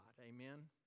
Amen